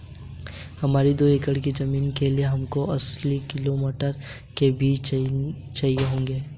हमारी दो एकड़ की जमीन के लिए हमको अस्सी किलो मटर के बीज चाहिए होंगे